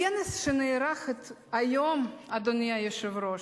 בכנס שנערך היום, אדוני היושב-ראש,